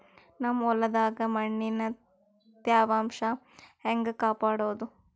ನಮ್ ಹೊಲದಾಗ ಮಣ್ಣಿನ ತ್ಯಾವಾಂಶ ಹೆಂಗ ಕಾಪಾಡೋದು?